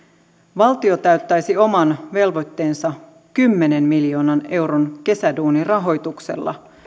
valtio täyttäisi oman velvoitteensa kymmenen miljoonan euron kesäduunirahoituksella